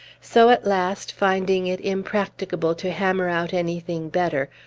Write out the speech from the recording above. so, at last, finding it impracticable to hammer out anything better,